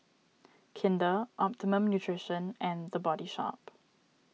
Kinder Optimum Nutrition and the Body Shop